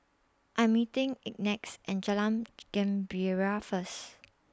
I'm meeting Ignatz and Jalan Gembira First